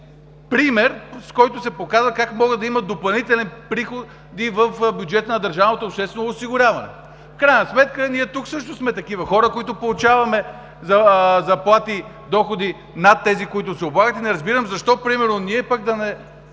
пример, с който се показва как може да има допълнителен приход и в бюджета на държавното обществено осигуряване. В крайна сметка тук също сме такива хора, които получаваме заплати и доходи над тези, които се облагат, и не разбирам защо да не се облагаме